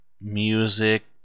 music